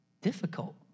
difficult